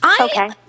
Okay